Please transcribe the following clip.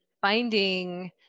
finding